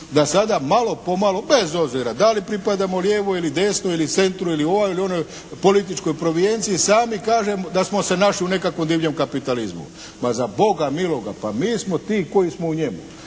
da sada malo, pomalo bez obzira da li pripadamo lijevo ili desno ili centru ili ovoj ili onoj političkoj provijenciji, sami kažemo da smo se našli u nekakvom divljem kapitalizmu. Pa za Boga miloga, pa mi smo ti koji smo u njemu.